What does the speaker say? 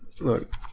look